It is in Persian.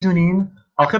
دونین، اخه